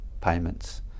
payments